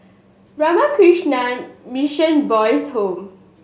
Ramakrishna Mission Boys' Home